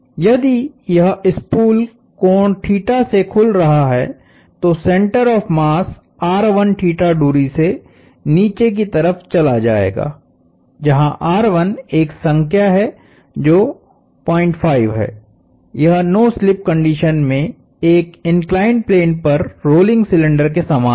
यदि यह स्पूल कोणसे खुल रहा है तो सेंटर ऑफ़ मासदूरी नीचे की तरफ चला जाएगा जहांएक संख्या जो 05 है यह नो स्लिप कंडीशन में एक इंक्लाइंड प्लेन पर रोलिंग सिलेंडर के समान है